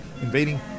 invading